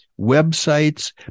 websites